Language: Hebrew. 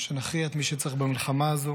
שנכריע את מי שצריך במלחמה הזו